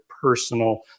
personal